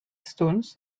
stones